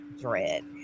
Dread